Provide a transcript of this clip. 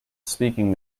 speaking